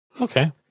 Okay